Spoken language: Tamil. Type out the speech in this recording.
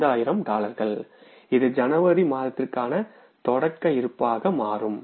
5000 டாலர்கள் இது ஜனவரி மாதத்திற்கான தொடக்க இருப்பாக மாறும்